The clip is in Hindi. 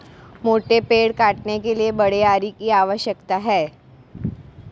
मोटे पेड़ काटने के लिए बड़े आरी की आवश्यकता है